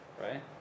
right